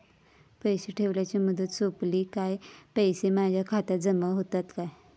पैसे ठेवल्याची मुदत सोपली काय पैसे माझ्या खात्यात जमा होतात काय?